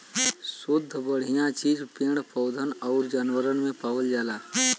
सुद्ध बढ़िया चीज पेड़ पौधन आउर जानवरन में पावल जाला